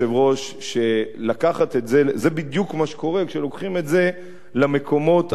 שזה בדיוק מה שקורה כשלוקחים את זה למקומות הפוליטיים.